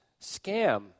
scam